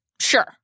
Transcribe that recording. Sure